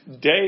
day